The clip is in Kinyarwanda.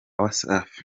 wasafi